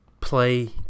play